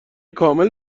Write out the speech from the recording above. کامل